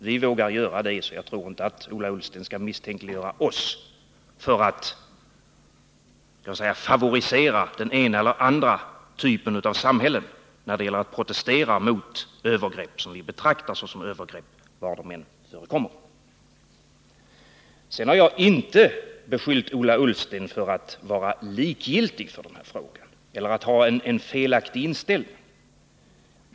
Vi vågar göra sådana uttalanden, så jag tror inte Ola Ullsten skall misstänkliggöra oss för att favorisera den ena eller andra typen av samhälle när det gäller att protestera mot vad vi betraktar som övergrepp var de än förekommer. Sedan har jag inte beskyllt Ola Ullsten för att vara likgiltig för den här frågan eller för att ha en felaktig inställning.